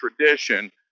tradition